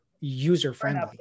user-friendly